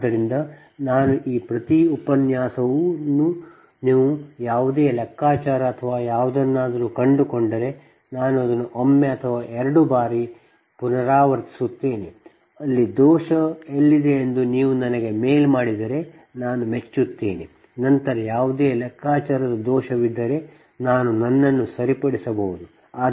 ಆದ್ದರಿಂದ ನಾನು ಈ ಪ್ರತಿ ಉಪನ್ಯಾಸವನ್ನು ನೀವು ಯಾವುದೇ ಲೆಕ್ಕಾಚಾರ ಅಥವಾ ಯಾವುದನ್ನಾದರೂ ಕಂಡುಕೊಂಡರೆ ನಾನು ಇದನ್ನು ಒಮ್ಮೆ ಅಥವಾ ಎರಡು ಬಾರಿ ಪುನರಾವರ್ತಿಸುತ್ತೇನೆ ಅಲ್ಲಿ ದೋಷ ಎಲ್ಲಿದೆ ಎಂದು ನೀವು ನನಗೆ ಮೇಲ್ ಮಾಡಿದರೆ ನಾನು ಮೆಚ್ಚುತ್ತೇನೆ ನಂತರ ಯಾವುದೇ ಲೆಕ್ಕಾಚಾರದ ದೋಷವಿದ್ದರೆ ನಾನು ನನ್ನನ್ನು ಸರಿಪಡಿಸಬಹುದು